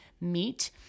meet